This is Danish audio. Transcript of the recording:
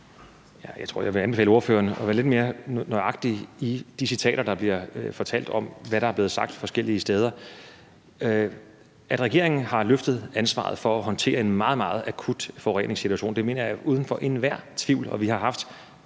jeg vil anbefale ordføreren at være lidt mere nøjagtig i de citater, der bliver gengivet, om, hvad der er blevet sagt forskellige steder. At regeringen har løftet ansvaret for at håndtere en meget, meget akut forureningssituation, mener jeg er uden for enhver tvivl. Og vi har haft